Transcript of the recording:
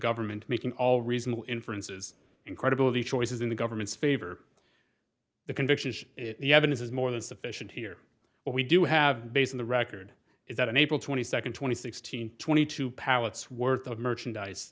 government making all reasonable inferences incredibility choices in the government's favor the conviction is the evidence is more than sufficient here what we do have based on the record is that on april twenty second twenty six two hundred twenty two pallets worth of merchandise